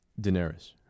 Daenerys